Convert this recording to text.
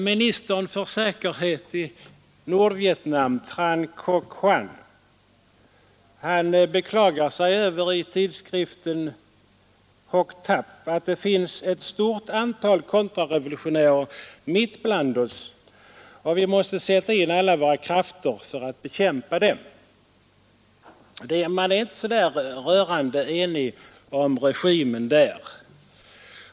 Ministern för säkerhet i Nordvietnam, Tran Quan Hoan beklagar sig i tidskriften Hoc Tap över att ”det finns ett stort antal kontrarevolutionärer mitt ibland oss. Vi måste sätt in alla våra krafter för att bekämpa dem.” Man är tydligen inte så rörande enig om regimen där.